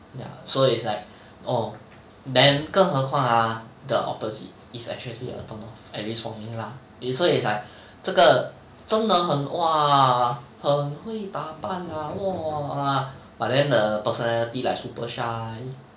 ya so it's like oh then 更何况 ah the opposite is actually a turn off at least for me lah you so it's like 这个真的很 !wah! 很会打扮 ah !wah! but then the personality like super shy